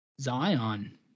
Zion